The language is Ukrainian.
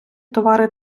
товари